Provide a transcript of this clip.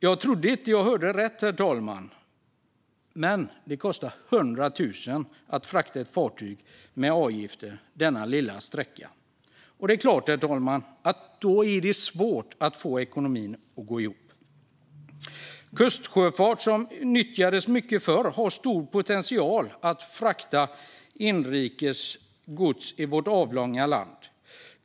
Jag trodde inte att jag hörde rätt, herr talman, för med avgifter kostar det 100 000 att ta ett fartyg denna lilla sträcka. Det är klart, herr talman, att det då är svårt att få ekonomin att gå ihop. Kustsjöfart, som nyttjades mycket förr, har stor potential när det gäller att frakta inrikes gods i vårt avlånga land.